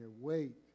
Wait